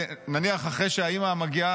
נניח אחרי שהאימא נפטרת,